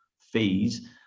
fees